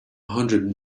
hundred